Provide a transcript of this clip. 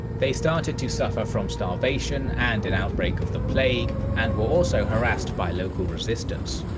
they started to suffer from starvation and an outbreak of the plague and were also harassed by local resistance.